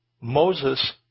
Moses